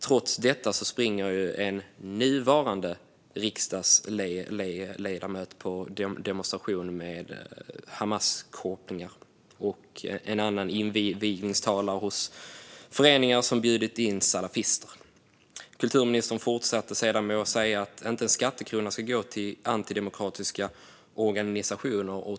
Trots det springer en nuvarande riksdagsledamot på demonstrationer med Hamaskopplingar. En annan invigningstalar hos föreningar som bjudit in salafister. Kulturministern sa sedan att inte en skattekrona ska gå till antidemokratiska organisationer.